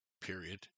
period